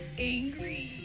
angry